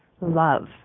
love